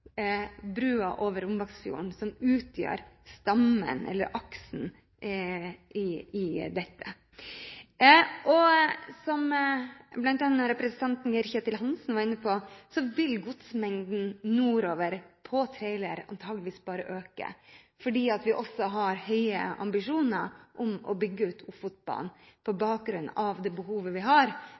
nettopp brua over Rombaksfjorden som utgjør stammen eller aksen i dette. Som bl.a. representanten Geir-Ketil Hansen var inne på, vil godsmengden nordover på trailer antageligvis bare øke, fordi vi også har høye ambisjoner om å bygge ut Ofotbanen på bakgrunn av det behovet vi har